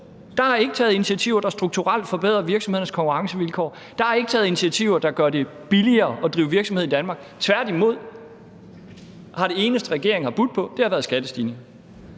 Der er ikke taget initiativer, der strukturelt forbedrer virksomhedernes konkurrencevilkår. Der er ikke taget initiativer, der gør det billigere at drive virksomhed i Danmark. Tværtimod har det eneste, regeringen har budt på, været skattestigninger.